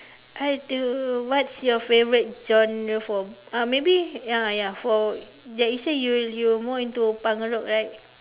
I don't what's your favourite genre for uh maybe ya ya for ya you say you you more into punk rock right